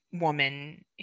woman